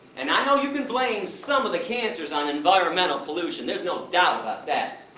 and i know you can blame some of the cancers on environmental pollution, there's no doubt about that.